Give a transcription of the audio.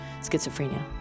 schizophrenia